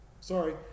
Sorry